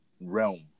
realm